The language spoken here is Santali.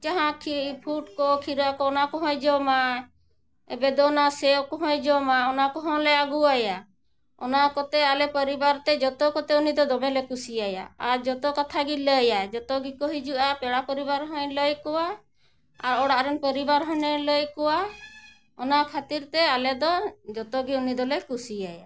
ᱡᱟᱦᱟᱸ ᱠᱤ ᱯᱷᱩᱴ ᱠᱚ ᱠᱷᱤᱨᱟ ᱠᱚ ᱚᱱᱟ ᱠᱚᱦᱚᱸᱭ ᱡᱚᱢᱟ ᱵᱮᱫᱚᱱᱟ ᱥᱮᱣ ᱠᱚᱦᱚᱸᱭ ᱡᱚᱢᱟ ᱚᱱᱟ ᱠᱚᱦᱚᱸ ᱞᱮ ᱟᱹᱜᱩᱟᱣᱟᱭᱟ ᱚᱱᱟ ᱠᱚᱛᱮ ᱟᱞᱮ ᱯᱚᱨᱤᱵᱟᱨ ᱛᱮ ᱡᱷᱚᱛᱚ ᱠᱚᱛᱮ ᱩᱱᱤ ᱫᱚ ᱫᱚᱢᱮᱞᱮ ᱠᱩᱥᱤᱭᱟᱭᱟ ᱟᱨ ᱡᱷᱚᱛᱚ ᱠᱟᱛᱷᱟ ᱜᱮ ᱞᱟᱹᱭᱟ ᱡᱷᱚᱛᱚ ᱜᱮᱠᱚ ᱦᱤᱡᱩᱜᱼᱟ ᱯᱮᱲᱟ ᱯᱚᱨᱤᱵᱟᱨ ᱦᱚᱸᱭ ᱞᱟᱹᱭ ᱠᱚᱣᱟ ᱟᱨ ᱚᱲᱟᱜ ᱨᱮᱱ ᱯᱚᱨᱤᱵᱟᱨ ᱦᱚᱸ ᱞᱟᱹᱭ ᱠᱚᱣᱟ ᱚᱱᱟ ᱠᱷᱟᱹᱛᱤᱨ ᱛᱮ ᱟᱞᱮ ᱫᱚ ᱡᱷᱚᱛᱚ ᱜᱮ ᱩᱱᱤ ᱫᱚᱞᱮ ᱠᱩᱥᱤᱭᱟᱭᱟ